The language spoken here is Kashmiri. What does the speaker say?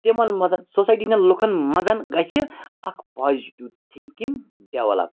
تِمَن منٛز سوسایٹی ہِنٛدیٚن لُکَن منٛز گَژھِ اَکھ پازِٹِو تھِنٛکِنٛگ ڈیٚولَپ